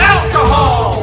Alcohol